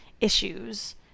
issues